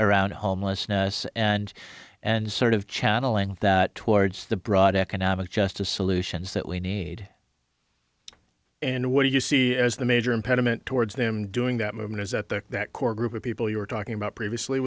around homelessness and and sort of channeling that towards the broad economic justice solutions that we need and what do you see as the major impediment towards them doing that movement is a core group of people you were talking about previously